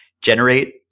generate